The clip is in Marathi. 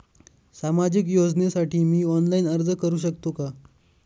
सामाजिक योजनेसाठी मी ऑनलाइन अर्ज करू शकतो का?